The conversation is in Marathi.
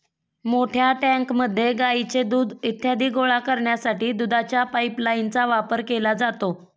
मोठ्या टँकमध्ये गाईचे दूध इत्यादी गोळा करण्यासाठी दुधाच्या पाइपलाइनचा वापर केला जातो